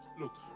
Look